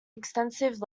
extensive